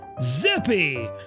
Zippy